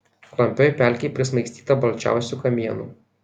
klampioj pelkėj prismaigstyta balčiausių kamienų